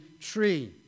tree